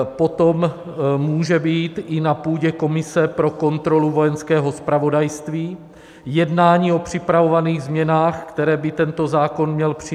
Potom může být i na půdě komise pro kontrolu Vojenského zpravodajství jednání o připravovaných změnách, které by tento zákon měl přinést.